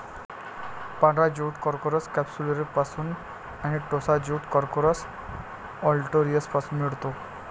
पांढरा jute Corchorus कॅप्सुलरिसपासून आणि टोसा ज्यूट कॉर्कोरस ऑलिटोरियसपासून मिळतो